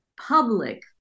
public